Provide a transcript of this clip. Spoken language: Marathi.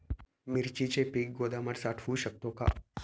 मिरचीचे पीक गोदामात साठवू शकतो का?